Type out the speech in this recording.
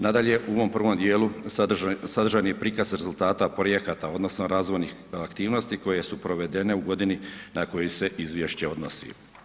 Nadalje, u ovom prvom djelu sadržan je prikaz rezultata projekata odnosno razvoj aktivnosti koje su proveden u godini na koje se izvješće odnosi.